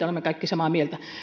olemme kaikki samaa mieltä